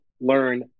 learn